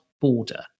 border